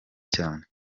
cyane